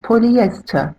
polyester